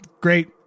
great